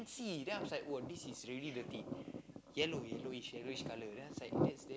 see then I was like !wow! this is really dirty yellow yellowish yellowish colour then I was like that's damn